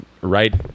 right